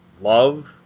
love